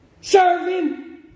Serving